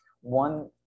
One